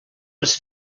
les